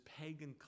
pagan